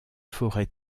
forêts